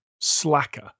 slacker